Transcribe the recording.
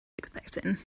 expecting